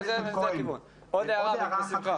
עוד הערה אחת